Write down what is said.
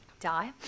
die